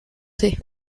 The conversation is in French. forcés